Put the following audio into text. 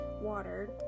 water